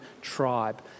tribe